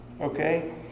okay